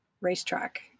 racetrack